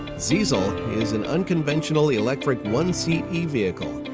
ziesel is an unconventional electric one-seat e-vehicle,